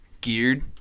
geared